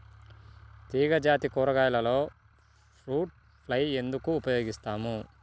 తీగజాతి కూరగాయలలో fruit fly ఎందుకు ఉపయోగిస్తాము?